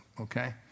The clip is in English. okay